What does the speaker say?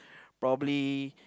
probably